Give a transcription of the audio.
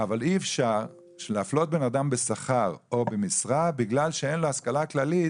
אבל אי אפשר להפלות אדם בשכר או במשרה בגלל שאין לו השכלה כללית